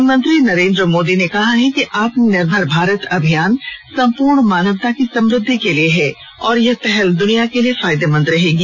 प्रधानमंत्री नरेन्द्र मोदी ने कहा है कि आत्मनिर्भर भारत अभियान सम्पूर्ण मानवता की समृद्धि के लिए है और यह पहल दुनिया के लिए फायदेमंद रहेगी